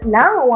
now